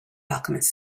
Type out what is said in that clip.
alchemist